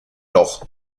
loch